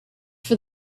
for